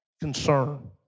concern